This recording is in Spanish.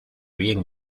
bien